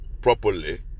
properly